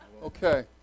Okay